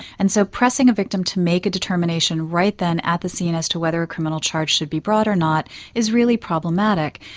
and so pressing a victim to make a determination right then at the scene as to whether a criminal charge should be brought or not is really problematic.